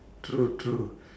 true true